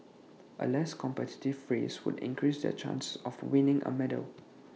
A less competitive race would increase their chances of winning A medal